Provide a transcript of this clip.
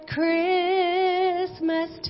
Christmas